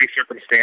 circumstance